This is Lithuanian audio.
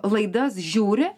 laidas žiūri